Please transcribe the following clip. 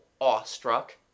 awestruck